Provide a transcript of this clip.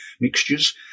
mixtures